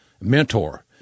mentor